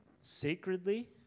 sacredly